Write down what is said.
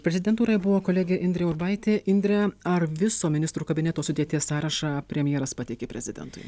prezidentūroj buvo kolegė indrė urbaitė indrė ar viso ministrų kabineto sudėties sąrašą premjeras pateikė prezidentui